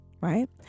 Right